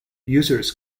users